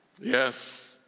Yes